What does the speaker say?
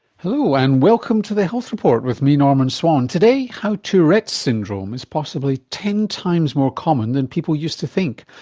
hello, and welcome to the health report with me, norman swan. today, how tourette's syndrome is possibly ten times more common than people used to think.